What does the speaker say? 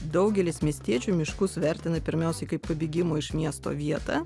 daugelis miestiečių miškus vertina pirmiausiai kaip pabėgimo iš miesto vietą